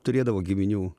turėdavo giminių